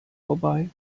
vorbei